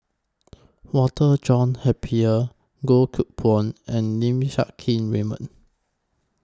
Walter John Napier Goh Koh Pui and Lim Siang Keat Raymond